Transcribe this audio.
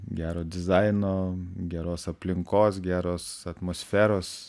gero dizaino geros aplinkos geros atmosferos